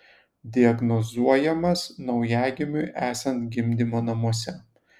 diagnozuojamas naujagimiui esant gimdymo namuose